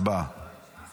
קרנות